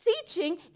teaching